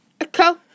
echo